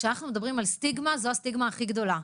כשאנחנו מדברים על סטיגמה, זו הסטיגמה הכי גדולה.